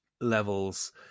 levels